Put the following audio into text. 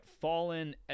fallen